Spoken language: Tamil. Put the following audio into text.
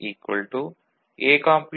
B